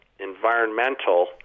environmental